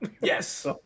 Yes